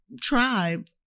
tribe